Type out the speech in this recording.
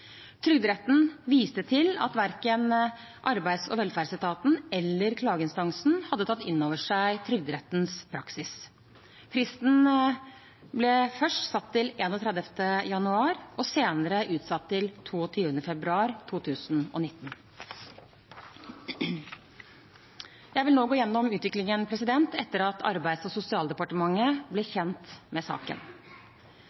Trygderetten viste til at verken arbeids- og velferdsetaten eller klageinstansen hadde tatt inn over seg Trygderettens praksis. Fristen ble først satt til 31. januar og senere utsatt til 22. februar 2019. Jeg vil nå gå gjennom utviklingen etter at Arbeids- og sosialdepartementet